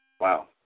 Wow